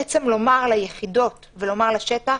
בעצם, לומר ליחידות ולשטח: